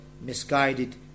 misguided